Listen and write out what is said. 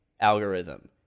algorithm